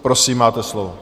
Prosím, máte slovo.